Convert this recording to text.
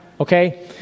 Okay